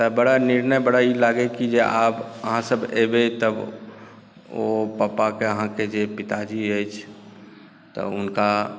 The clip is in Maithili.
तऽ बड़ा निर्णय बड़ा ई लागे की जे आब अहाँसब एबय तऽ ओ पापाके अहाँकेँ जे पिताजी अछि त हुनका